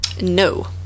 no